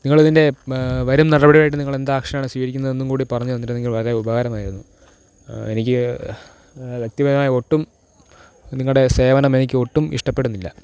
നിങ്ങളിതിന്റെ വരും നടപടിയായിട്ട് നിങ്ങൾ എന്ത് ആക്ഷൻ ആണ് സ്വീകരിക്കുന്നതെന്നും കൂടി പറഞ്ഞ് തന്നിരുന്നെങ്കില് വളരെ ഉപകാരമായിരുന്നു എനിക്ക് വ്യക്തിപരമായി ഒട്ടും നിങ്ങളുടെ സേവനം എനിക്കൊട്ടും ഇഷ്ടപ്പെടുന്നില്ല